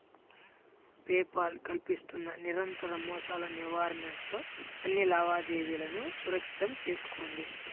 pay Paul కల్పిస్తున్న నిరంతర మోసాల నివారణతో అన్ని లావాదేవీలను సురక్షితం చేసుకోండి